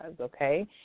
okay